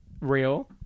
real